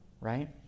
right